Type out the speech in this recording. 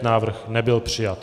Návrh nebyl přijat.